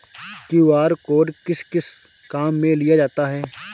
QR code किस किस काम में लिया जाता है?